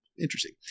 Interesting